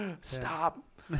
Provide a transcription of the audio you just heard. stop